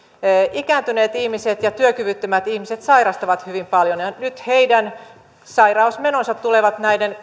ikääntyneet ihmiset ja työkyvyttömät ihmiset sairastavat hyvin paljon ja ja nyt heidän sairausmenonsa tulevat näiden